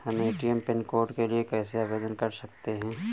हम ATM pin code के लिए कैसे आवेदन कर सकते हैं?